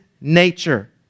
nature